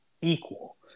equal